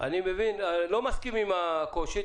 אני מבין שלא מסכימים עם הקושי,